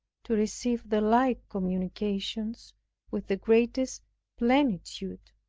to receive the like communications with the greatest plenitude.